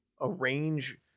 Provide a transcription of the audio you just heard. arrange